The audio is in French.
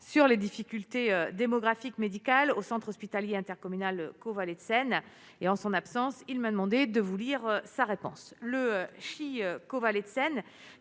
sur les difficultés démographiques médicale au centre hospitalier intercommunal Caux Vallée de Seine et en son absence, il m'a demandé de vous lire sa réponse